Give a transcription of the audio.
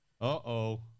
uh-oh